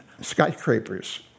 skyscrapers